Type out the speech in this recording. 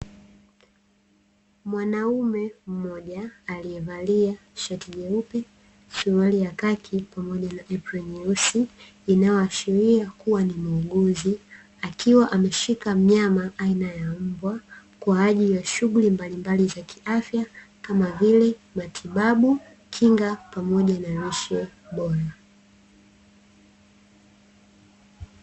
Mwanaume mmoja aliyevalia shati jeupe, suaruali ya khaki, pamoja na aproni nyeusi, inayoashiria kuwa ni muuguzi; akiwa ameshika mnyama aina ya mbwa, kwa ajili ya shughuli mbalimbali za kiafya kama vile: matibabu, kinga pamoja na lishe bora.